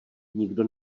nikdo